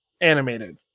animated